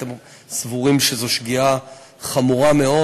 אתם סבורים שזו שגיאה חמורה מאוד,